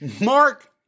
Mark